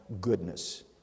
goodness